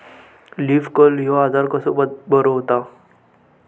Leaf curl ह्यो आजार कसो बरो व्हता?